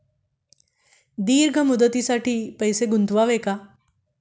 दीर्घ मुदतीसाठी पैसे गुंतवावे का?